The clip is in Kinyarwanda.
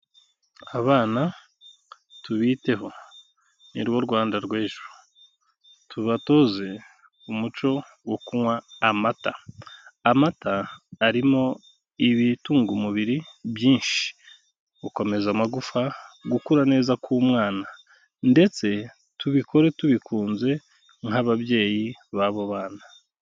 Abana tubiteho ni rwo Rwanda rw'ejo, tubatoze umuco wo kunywa amata, amata arimo ibitunga umubiri byinshi gukomeza amagufwa, gukura neza k'umwana ndetse tubikore tubikunze nk'ababyeyi b'abo bana.